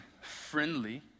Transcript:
friendly